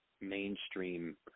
mainstream